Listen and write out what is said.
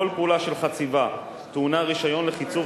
כל פעולה של חציבה טעונה רשיון לחיצוב